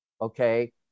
Okay